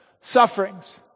sufferings